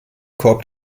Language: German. korb